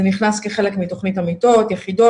זה נכנס כחלק מתוכנית המיטות, יחידות.